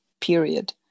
period